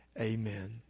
Amen